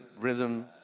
Rhythm